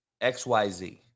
xyz